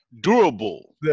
durable